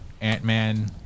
Ant-Man